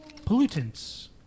pollutants